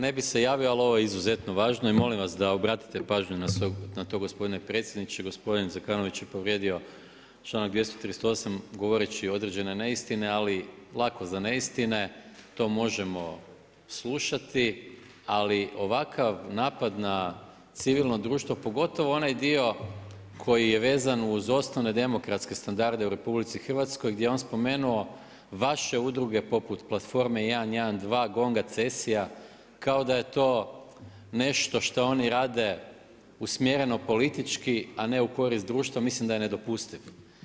Ne bi se javio, ali ovo je izuzetno važno i molim vas da obratite pažnju na to gospodine predsjedniče, gospodin Zekanović je povrijedio čl. 238. govoreći određene neistine, ali lako za neistine, to možemo slušati, ali ovakav napad na civilno društvo, pogotovo na onaj dio koji je vezan uz osnovne demokratske standarde u RH, gdje on spomenuo vaše udruge poput Platforme 112, GONG-a, Cesija, kao da je to nešto što oni radi, usmjereno, politički a ne u korist društva, mislim da je nedopustiv.